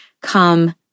come